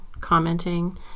commenting